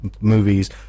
movies